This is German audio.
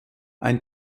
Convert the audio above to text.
ein